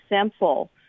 simple